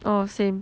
oh same